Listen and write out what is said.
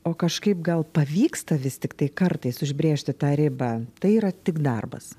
o kažkaip gal pavyksta vis tiktai kartais užbrėžti tą ribą tai yra tik darbas